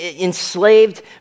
enslaved